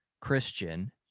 Christian